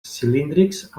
cilíndrics